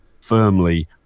firmly